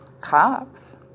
cops